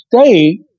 state